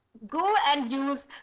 go and use,